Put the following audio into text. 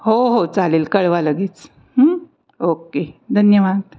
हो हो चालेल कळवा लगेच ओक्के धन्यवाद